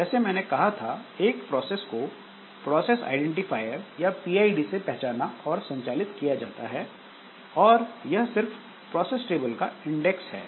जैसे मैंने कहा था एक प्रोसेस को प्रोसेस आईडेंटिफायर या पीआईडी से पहचाना और संचालित किया जाता है और यह सिर्फ प्रोसेस टेबल का इंडेक्स है